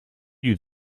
you